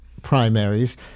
primaries